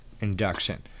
induction